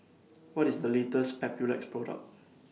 What IS The latest Papulex Product